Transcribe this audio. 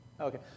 Okay